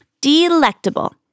Delectable